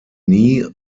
nie